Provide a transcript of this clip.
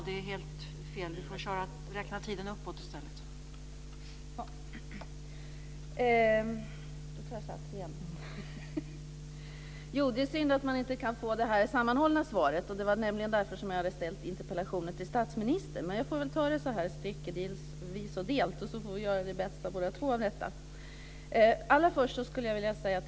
Det är alltså synd att man inte kan få ett sammanhållet svar. Det var nämligen i det syftet som jag ställde interpellationen till statsministern men jag får väl ta detta styckevis och delt. Sedan får vi båda göra det bästa av det hela.